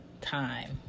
time